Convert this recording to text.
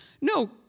No